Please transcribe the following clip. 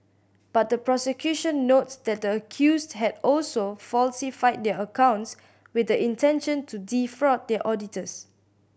but the prosecution notes that the accused had also falsified their accounts with the intention to defraud their auditors